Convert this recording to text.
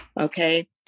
okay